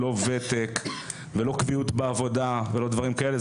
לא ותק ולא קביעות בעבודה ולא דברים כאלה.